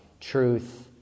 truth